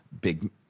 big